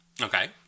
okay